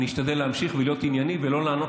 אני אשתדל להמשיך ולהיות ענייני ולא לענות